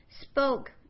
spoke